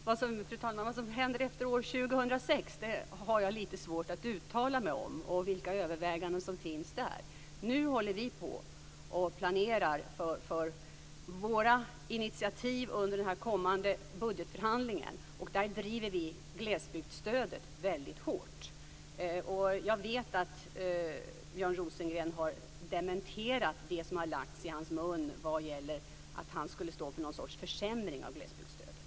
Fru talman! Jag har lite svårt att uttala mig om vad som händer efter år 2006 och vilka överväganden som finns där. Nu planerar vi för våra initiativ under den kommande budgetförhandlingen. Där driver vi glesbygdsstödet väldigt hårt. Jag vet att Björn Rosengren har dementerat det som har lagts i hans mun vad gäller att han skulle stå för någon sorts försämring av glesbygdsstödet.